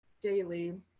daily